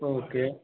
okay